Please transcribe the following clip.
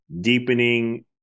deepening